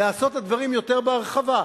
לעשות את הדברים יותר בהרחבה.